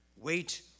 Wait